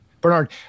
Bernard